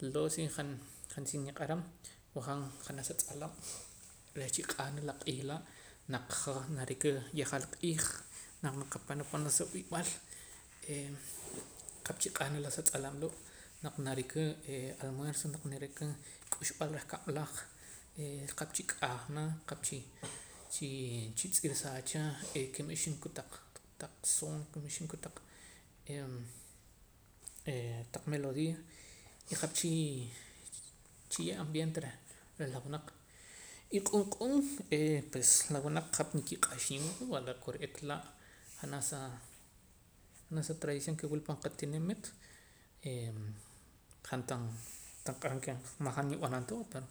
Loo' si han han niq'aram wajaam janaj sa tz'alab' reh chiq'ah na la q'iij laa' naq hoj narika yejaal q'iij naq qapan pan sa wi'b'al qap chiq'ah na sa tz'alab' loo' naq narika almuerzo naq narika k'uxb'al reh kab'laj qap chi q'ahna qap chi chitz'irsaa cha e ka'ab' ixib' kitaq taq son ka'ab' ixib' kotaq eh taq melodia y qap chii chiye' ambiente reh la reh la wunaq y q'uun q'uun e pues la wunaq qap nkiq'axiin wa va kore'eet laa' janaj sa janas sa tradición ke wula pan qatinimiit han tan tan q'aram ke majaa' nib'anam ta va pero